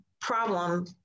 problem